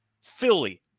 Philly